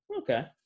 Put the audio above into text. Okay